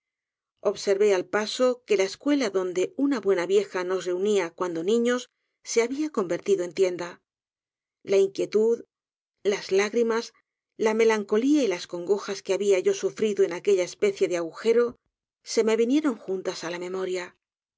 observé al paso que la escuela donde una buena vieja nos reunía cuando niños se habia convertido en tienda la inquietud las lágrimas la melancolía y las congojas que habia yo sufrido en aquella especie de agujero se me vinieron juntas á la memoria